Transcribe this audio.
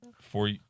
four